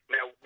Now